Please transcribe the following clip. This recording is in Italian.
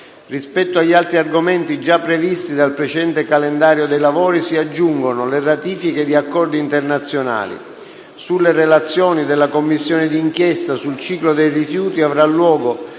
Rispetto agli altri argomenti già previsti dal precedente calendario dei lavori si aggiungono le ratifiche di accordi internazionali. Sulle relazioni della Commissione d'inchiesta sul ciclo dei rifiuti avrà luogo